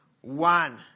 one